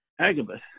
Agabus